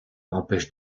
empêche